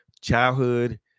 childhood